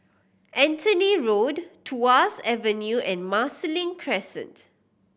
Anthony Road Tuas Avenue and Marsiling Crescent